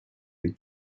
with